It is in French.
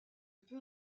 peut